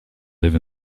live